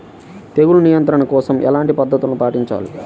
తెగులు నియంత్రణ కోసం ఎలాంటి పద్ధతులు పాటించాలి?